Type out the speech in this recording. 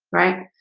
right?